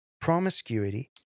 promiscuity